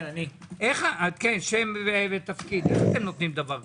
איך אתם נותנים דבר כזה?